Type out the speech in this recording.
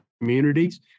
communities